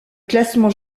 classement